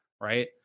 right